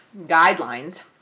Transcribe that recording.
guidelines